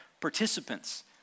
participants